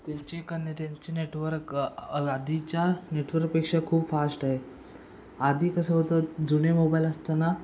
त्यांचे कने त्यांचे नेटवर्क आधीच्या नेटवर्कपेक्षा खूप फाष्ट आहे आधी कसं होतं जुने मोबाईल असताना